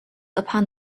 upon